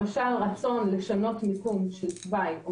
למשל רצון לשנות מיקום של תוואי או